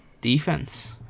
defense